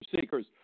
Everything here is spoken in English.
seekers